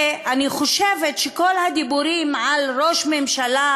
אני חושבת שכל הדיבורים על ראש ממשלה